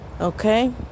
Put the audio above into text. okay